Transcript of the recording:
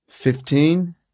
Fifteen